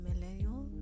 millennial